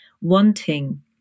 wanting